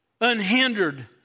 unhindered